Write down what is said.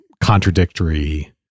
contradictory